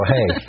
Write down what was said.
Hey